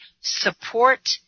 support